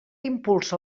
impulsa